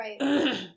Right